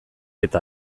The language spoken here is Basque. eta